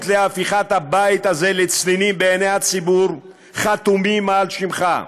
לכך שהבית הזה היה לצנינים בעיני הציבור הן על שמך.